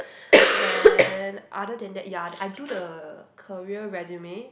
then other than that ya I do the career resume